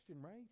right